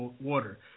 water